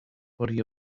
body